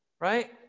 right